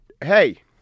Hey